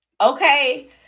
Okay